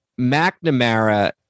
McNamara